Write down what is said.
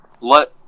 let